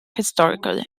historically